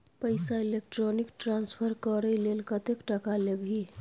पैसा electronic transfer करय लेल कतेक टका लेबही